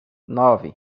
nove